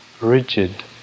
rigid